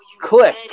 click